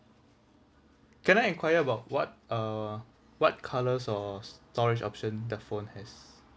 can I enquire about what uh what colour or storage option the phone has